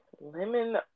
Lemon